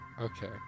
Okay